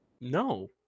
no